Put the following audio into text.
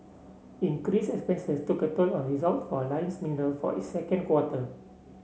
increased expenses took a toll on result for Alliance Mineral for its second quarter